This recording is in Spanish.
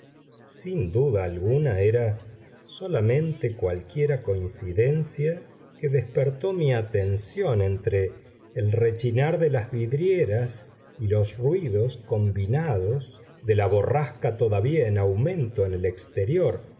sin duda alguna era solamente cualquiera coincidencia que despertó mi atención entre el rechinar de las vidrieras y los ruidos combinados de la borrasca todavía en aumento en el exterior